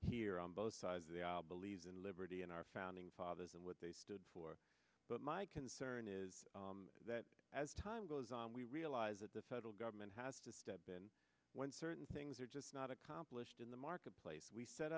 here on both sides of the aisle believes in liberty and our founding fathers and what they stood for but my concern is that as time goes on we realize that the federal government has to step in when certain things are just not accomplished in the marketplace we set